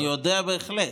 אני יודע בהחלט,